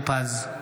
בהצבעה משה טור פז,